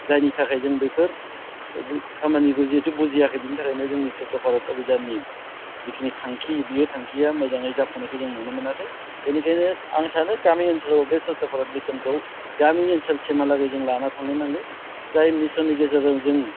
जायनि थाखाय जों बेफोर खामानिखौ जिहेथु बुजियाखै बेनि थाखायनो जोंनि स्वच्च भारत अभिजाननि जिखिनि थांखि बेयो थांखिया मोजाङै जाफुंनायखौ जों नुनो मोनाखै बेनिखायनो आं सानो गामि ओनसोलाव बे स्वच्च भारत मिसनखौ गामि ओनसोलसिमहालागै जों लाना थांनो नांगौ जाय मिसननि गेजेरजों जों